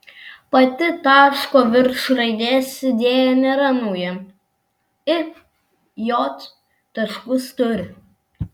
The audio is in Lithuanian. pati taško virš raidės idėja nėra nauja i j taškus turi